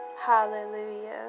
Hallelujah